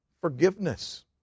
forgiveness